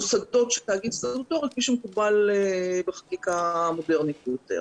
למוסדות של תאגיד סטטוטורי כפי שמקובל בחקיקה מודרנית יותר.